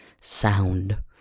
sound